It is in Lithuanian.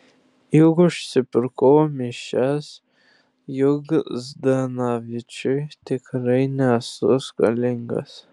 juk užpirkau mišias juk zdanavičiui tikrai nesu skolingas